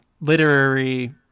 literary